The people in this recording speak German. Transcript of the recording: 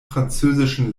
französischen